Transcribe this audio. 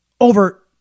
over